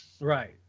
Right